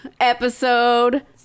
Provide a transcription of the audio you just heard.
Episode